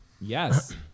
Yes